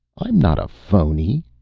i'm not a phony,